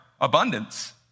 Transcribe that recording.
abundance